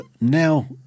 now